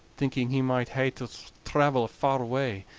thinking he might hae to travel a far way,